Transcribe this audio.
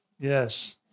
Yes